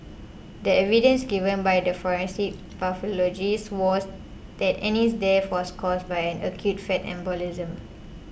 the evidence given by the forensic pathologist was that Annie's death was caused by acute fat embolism